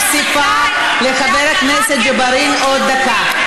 מוסיפה לחבר הכנסת ג'בארין עוד דקה.